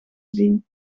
zien